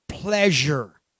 Pleasure